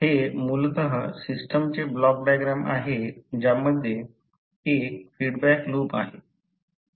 हे मूलतः सिस्टमचे ब्लॉक डायग्राम आहे ज्यामध्ये एक फीडबॅक लूप आहे